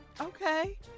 Okay